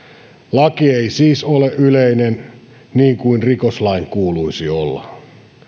laki ei siis ole yleinen niin kuin rikoslain kuuluisi olla